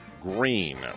Green